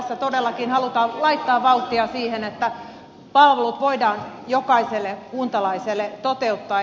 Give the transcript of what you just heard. tässä todellakin halutaan laittaa vauhtia siihen että palvelut voidaan jokaiselle kuntalaiselle toteuttaa